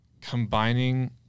combining